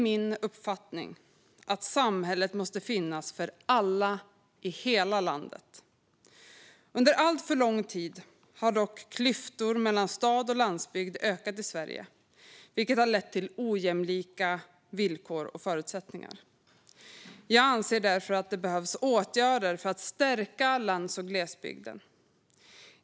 Min uppfattning är att samhället måste finnas för alla i hela landet. Under alltför lång tid har dock klyftor mellan stad och landsbygd ökat i Sverige, vilket har lett till ojämlika villkor och förutsättningar. Jag anser därför att det behövs åtgärder för att stärka lands och glesbygder.